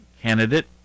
candidate